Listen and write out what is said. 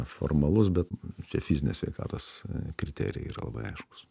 formalus bet čia fizinės sveikatos kriterijai yra labai aiškūs